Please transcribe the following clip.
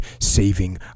saving